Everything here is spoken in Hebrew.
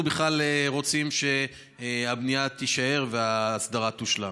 בכלל רוצים שהבנייה תישאר וההסדרה תושלם?